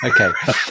okay